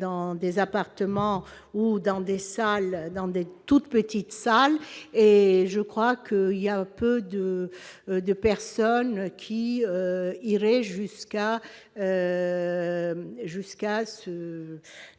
dans des appartements ou dans des salles dans des toutes petites salles et je crois que il y a un peu de, de personnes qui irait jusqu'à,